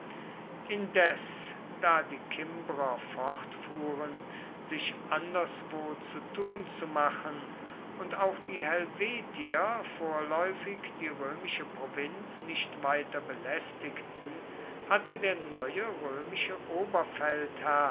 indes da die kimbrer fortfuhren sich anderswo zu tun zu machen und auch die helvetier vorläufig die römische provinz nicht weiter belästigten hatte der neue römische